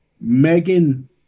Megan